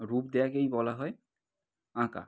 রূপ দেওয়াকেই বলা হয় আঁকা